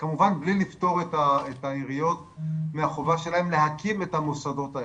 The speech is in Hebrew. כמובן בלי לפטור את העיריות מהחובה שלהן להקים את המוסדות האלה.